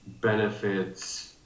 benefits